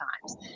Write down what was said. times